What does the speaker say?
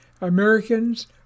Americans